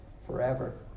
forever